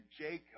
Jacob